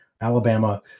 Alabama –